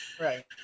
Right